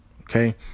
Okay